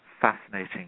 fascinating